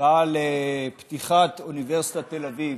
בא לפתיחת אוניברסיטת תל אביב.